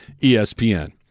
ESPN